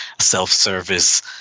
self-service